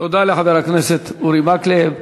תודה לחבר הכנסת אורי מקלב.